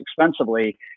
expensively